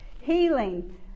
Healing